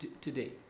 today